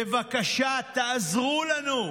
בבקשה תעזרו לנו,